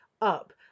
up